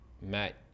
matt